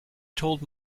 told